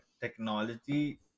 technology